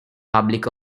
public